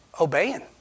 obeying